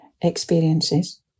Experiences